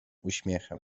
uśmiechem